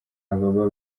ababa